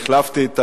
החלפתי.